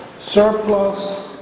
surplus